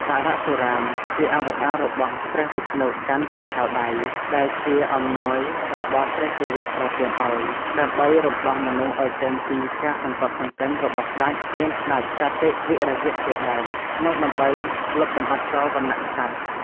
បរសុរាម ជាអវតាររបស់ព្រះវិស្ណុកាន់ពូថៅដៃ ដែលជាអំណោយរបស់ព្រះសិវៈប្រទានឱ្យ ដើម្បីរំដោះមនុស្សឱ្យចេញពីការសង្កត់សង្កិនរបស់ស្តេច មានស្តេចកាតិវិរយៈជាដើម និងដើម្បីលុបបំបាត់ចោលវណ្ណៈក្សត្រ។